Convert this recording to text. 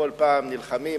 כל פעם נלחמים,